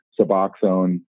Suboxone